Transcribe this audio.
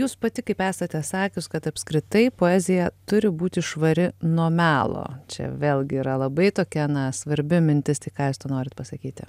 jūs pati kaip esate sakius kad apskritai poezija turi būti švari nuo melo čia vėlgi yra labai tokia na svarbi mintis tai ką jūs tuo norit pasakyti